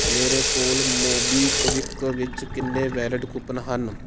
ਮੇਰੇ ਕੋਲ ਮੋਬੀਕਵਿਕ ਵਿੱਚ ਕਿੰਨੇ ਵੈਲੀਡ ਕੂਪਨ ਹਨ